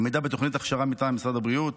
עמידה בתוכנית הכשרה מטעם משרד הבריאות,